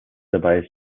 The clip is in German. dabei